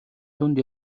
дунд